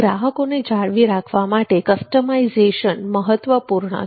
ગ્રાહકોને જાળવી રાખવા માટે કસ્ટમાઇઝેશન મહત્વપૂર્ણ છે